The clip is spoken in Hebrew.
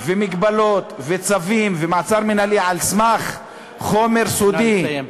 ומגבלות וצווים ומעצר מינהלי על סמך חומר סודי.